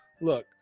look